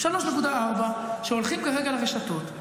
3.4 שהולכים כרגע לרשתות,